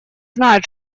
знают